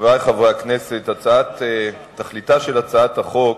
חברי חברי הכנסת, תכליתה של הצעת החוק,